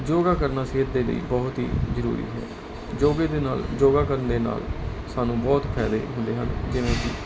ਯੋਗਾ ਕਰਨਾ ਸਹਿਤ ਦੇ ਲਈ ਬਹੁਤ ਹੀ ਜਰੂਰੀ ਹੈ ਜੋ ਵੀ ਇਹਦੇ ਨਾਲ ਯੋਗਾ ਕਰਨ ਦੇ ਨਾਲ ਸਾਨੂੰ ਬਹੁਤ ਫਾਇਦੇ ਹੁੰਦੇ ਹਨ ਜਿਵੇ